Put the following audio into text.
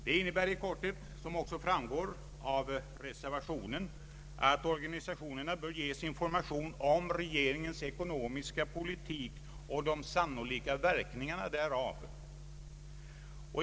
Den innebär i korthet, som också framgår av reservationen, att organisationerna bör ges information om regeringens ekonomiska politik och de sannolika verkningarna därav.